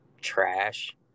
trash